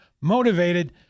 Motivated